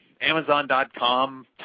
Amazon.com